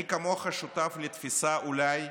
אני כמוך שותף לתפיסה, אולי,